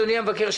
אדוני המבקר,